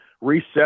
reset